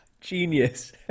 Genius